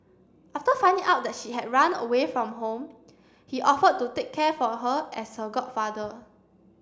after finding out that she had run away from home he offered to take care for her as her godfather